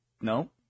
No